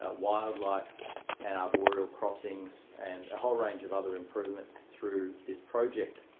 ah wildlife and arboreal crossings and a whole range of other improvements through this project.